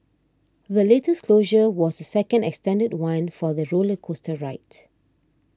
the latest closure was second extended one for the roller coaster ride